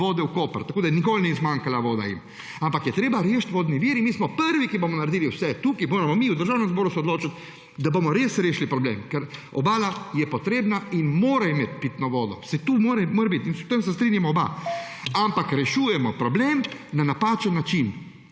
vode v Koper, tako da jim nikoli ni zmanjkalo vode, ampak je treba rešiti vodni vir. In mi smo prvi, ki bomo naredili vse; tukaj se moramo mi v Državnem zboru odločiti, da bomo res rešili problem, ker Obala je potrebna in mora imeti pitno vodo – saj to mora biti in s tem se strinjava oba –, ampak rešujemo problem na napačen način.